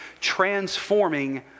transforming